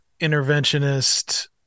interventionist